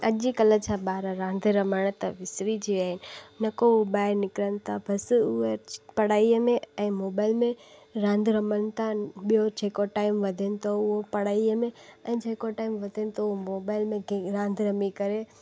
अॼुकल्ह जा ॿार रांधि रमण त विसरी जी वया आइन न को ॿाहिरि निकिरनि था बसि उहे अॼ पढ़ाईअ में ऐं मोबाइल में रांधि रमनि था ॿियो जेको टाइम वधनि थो उहो पढ़ाईअ में ऐं जेको टाइम वधनि थो मोबाइल में गेम रांधि रमी करे